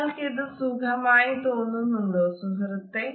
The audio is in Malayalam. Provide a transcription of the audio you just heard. നിങ്ങൾക് ഇത് സുഖമായി തോന്നുന്നുണ്ടോ സുഹൃത്തേ